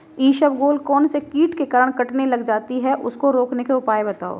इसबगोल कौनसे कीट के कारण कटने लग जाती है उसको रोकने के उपाय बताओ?